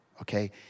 okay